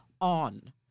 on